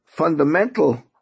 fundamental